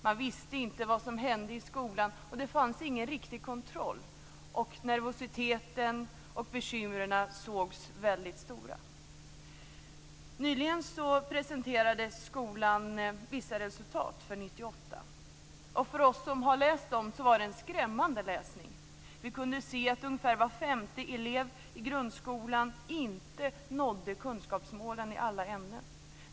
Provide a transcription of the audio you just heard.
Man visste inte vad som hände i skolan, och det fanns ingen riktig kontroll. Nervositeten var stor, och bekymren sågs som väldigt stora. Nyligen presenterade skolan vissa resultat för 1998. För oss som har läst dem var det en skrämmande läsning. Vi kunde se att ungefär var femte elev i grundskolan inte nådde kunskapsmålen i alla ämnen.